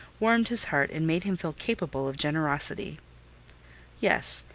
warmed his heart, and made him feel capable of generosity yes,